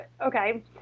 Okay